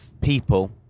people